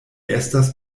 estas